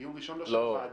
דיון ראשון לא של הוועדה.